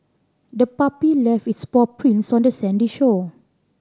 the puppy left its paw prints on the sandy shore